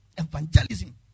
evangelism